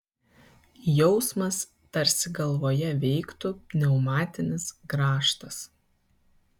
jausmas tarsi galvoje veiktų pneumatinis grąžtas